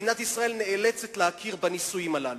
מדינת ישראל נאלצת להכיר בנישואים הללו.